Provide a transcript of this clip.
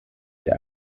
der